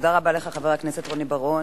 תודה רבה לך, חבר הכנסת רוני בר-און.